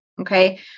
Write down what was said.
Okay